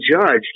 judged